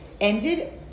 ended